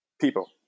People